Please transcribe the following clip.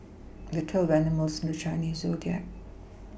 there are twelve animals in the Chinese zodiac